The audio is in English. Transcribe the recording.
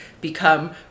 become